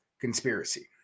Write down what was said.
conspiracy